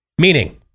Meaning